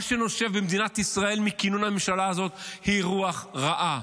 מה שנושב במדינת ישראל מכינון הממשלה הזאת זה רוח רעה.